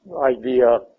idea